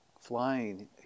flying